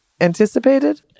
Anticipated